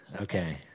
okay